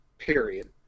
Period